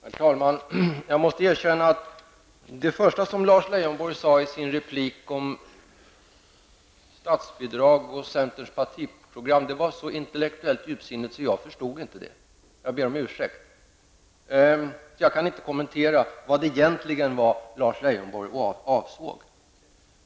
Herr talman! Jag måste erkänna att det första som Lars Leijonborg sade i sin replik om statsbidrag och centerns partiprogram var så intellektuellt djupsinnigt att jag inte förstod det. Jag ber om ursäkt. Jag kan därför inte kommentera vad det egentligen var som Lars Leijonborg avsåg.